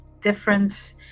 difference